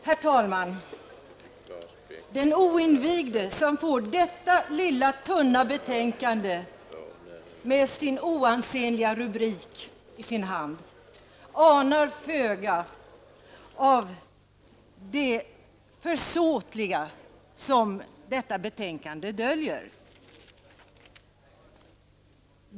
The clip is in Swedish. Herr talman! Den oinvigde som får detta lilla tunna betänkande med sin oansenliga rubrik i sin hand anar föga av det försåtliga som detta betänkande döljer.